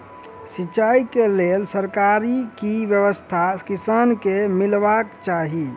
सिंचाई केँ लेल सरकारी की व्यवस्था किसान केँ मीलबाक चाहि?